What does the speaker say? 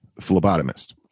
phlebotomist